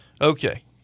Okay